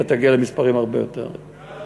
אתה תגיע למספרים הרבה יותר גדולים.